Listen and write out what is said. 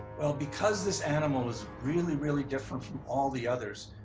well, because this animal was really, really different from all the others.